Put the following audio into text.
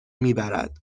میبرد